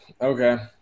Okay